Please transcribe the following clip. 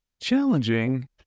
challenging